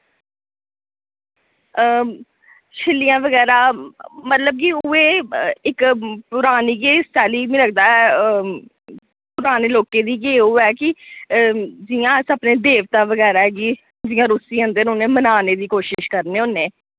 छिल्लियां वगैरा मतलब कि उयै इक पुराणी गै इस चाल्ली मि लगदा पुराने लोकें दी गै ओह् ऐ कि जि'यां अस अपने देवता वगैरा गी जि'यां रुस्सी जन्दे न उ'नें मनाने दी कोशिश करने होन्ने